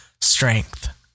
strength